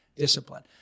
discipline